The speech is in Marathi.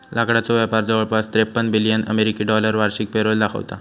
लाकडाचो व्यापार जवळपास त्रेपन्न बिलियन अमेरिकी डॉलर वार्षिक पेरोल दाखवता